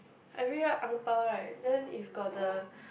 every year angpau right then if got the